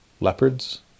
Leopards